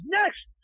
next